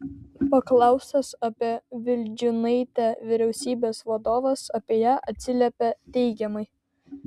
paklaustas apie vildžiūnaitę vyriausybės vadovas apie ją atsiliepė teigiamai